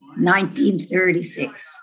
1936